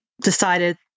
decided